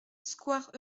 square